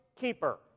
Keeper